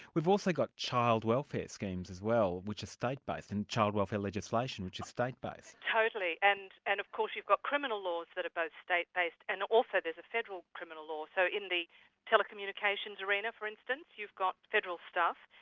we've also got child child welfare schemes as well, which are state-based, and child welfare legislation which is state-based. totally. and and of course you've got criminal laws that are both state-based and also there's a federal criminal law. so in the telecommunications arena for instance, you've got federal stuff.